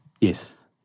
Yes